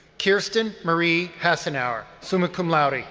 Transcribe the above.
kierstan marie hassenaeur, summa cum laude.